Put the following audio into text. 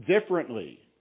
differently